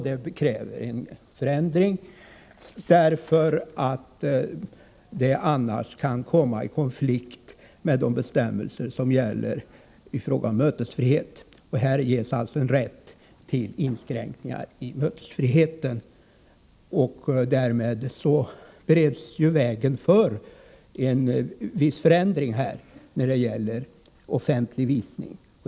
Detta kräver en ändring, eftersom det annars kan komma i konflikt med de bestämmelser som gäller i fråga om mötesfrihet. Här ges alltså en rätt till inskränkningar i mötesfriheten, och därmed bereds vägen för en viss förändring när det gäller offentlig visning.